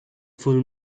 full